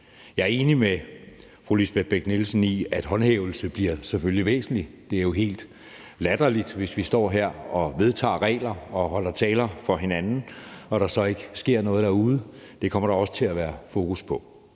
Jeg er enig med fru Lisbeth Bech-Nielsen i, at en håndhævelse selvfølgelig bliver væsentlig del af det. Det er jo også helt latterligt, hvis vi står her og vedtager regler og holder taler for hinanden og der så ikke sker noget derude, og det kommer der også til at være fokus på.